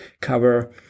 cover